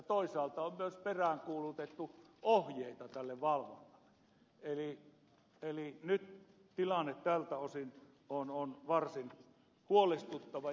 toisaalta on myös peräänkuulutettu ohjeita tälle valvonnalle eli nyt tilanne tältä osin on varsin huolestuttava